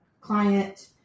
client